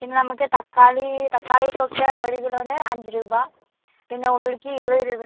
പിന്നെ നമുക്ക് തക്കാളി തക്കാളിക്കൊക്കെ ഒരു കിലോന് അഞ്ച് രൂപ പിന്നെ ഉള്ളിക്ക് ഇരുപത് രൂപ